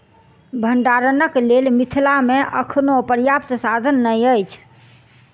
भंडारणक लेल मिथिला मे अखनो पर्याप्त साधन नै अछि